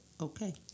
okay